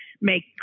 make